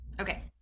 Okay